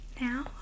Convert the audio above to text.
now